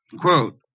Quote